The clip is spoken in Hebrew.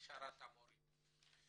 הכשרת המורים.